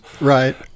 Right